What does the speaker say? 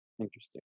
Interesting